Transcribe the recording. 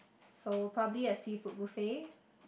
so probably a seafood buffet